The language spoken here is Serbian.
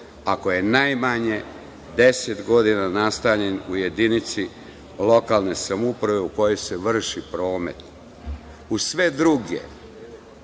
ako je najmanje 10 godina nastanjen u jedinici lokalne samouprave u kojoj se vrši promet. U sve druge